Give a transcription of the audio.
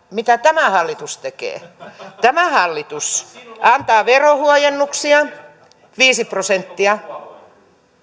mitä tämä hallitus tekee on että tämä hallitus antaa verohuojennuksia viisi prosenttia